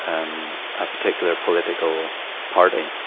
um, a particular political party.